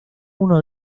uno